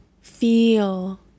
feel